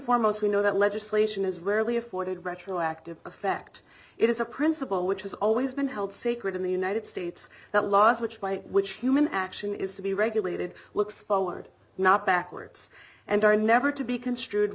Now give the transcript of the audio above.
foremost we know that legislation is rarely afforded retroactive effect it is a principle which has always been held sacred in the united states that laws which by which human action is to be regulated looks forward not backwards and are never to be construed